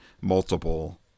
multiple